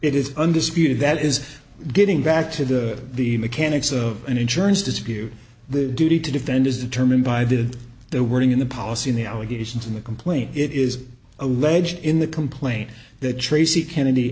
it is undisputed that is getting back to the the mechanics of an insurance dispute the duty to defend is determined by the the wording in the policy in the allegations in the complaint it is alleged in the complaint that tracy kennedy